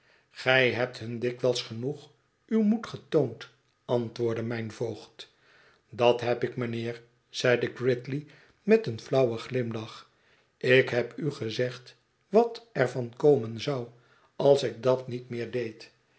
gij hebt hun dikwijls genoeg uw moed getoond antwoordde mijn voogd dat heb ik mijnheer zeide gridley met een flauwen glimlach ik heb u gezegd wat er van komen zou als ik dat niet meer deed